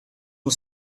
was